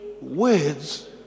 words